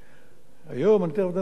תיכף אני אתן לך גם את הנתונים של היום,